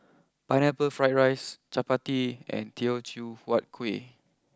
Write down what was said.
Pineapple Fried Rice Chappati and Teochew Huat Kueh